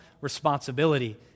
responsibility